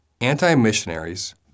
Anti-missionaries